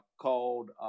called